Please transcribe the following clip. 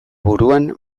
buruan